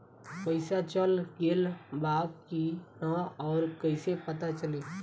पइसा चल गेलऽ बा कि न और कइसे पता चलि?